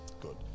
Good